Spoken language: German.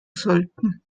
sollten